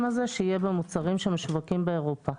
הזה שיהיה במוצרים של השווקים באירופה.